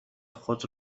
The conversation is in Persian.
خود